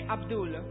Abdul